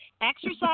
Exercise